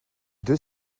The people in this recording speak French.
deux